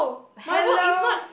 hello